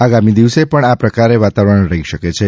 આગામી દિવસે પણ આ પ્રકારે વાતાવરણ રહી શકે છે